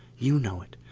you know it.